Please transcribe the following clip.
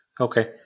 Okay